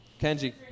Kenji